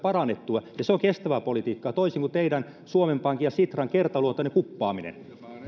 parannettua ja se on kestävää politiikkaa toisin kuin teidän suomen pankin ja sitran kertaluontoinen kuppaamisenne